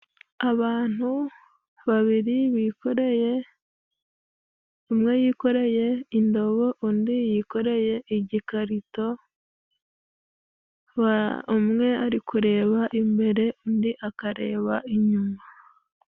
Abantu babiri bikoreye .umwe yikoreye indobo undi yikoreye igikarito, umwe ari kureba imbere, undi akareba inyuma.